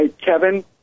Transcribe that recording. Kevin